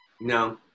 No